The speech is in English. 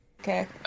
Okay